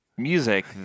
music